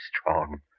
strong